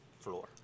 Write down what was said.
floor